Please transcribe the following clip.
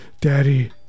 Daddy